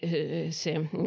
se